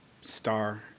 star